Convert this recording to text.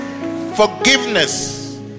forgiveness